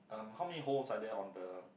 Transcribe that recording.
um how many holes are there on the